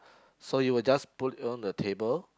so you will just put it on the table